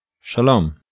Shalom